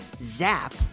Zap